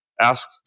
ask